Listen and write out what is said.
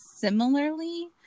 similarly